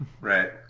Right